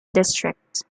district